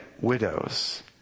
widows